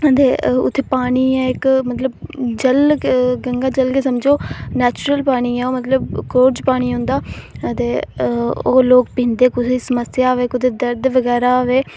अदे उत्थै पानी ऐ इक मतलब जल गंगा जल गै समझो नैचुरल पानी ऐ ओह् मतलब कोरज पानी औंदा ते ओह् लोक पींदे कुसै ई समस्या होऐ कुसै ई दर्द बगैरा होऐ